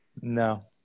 No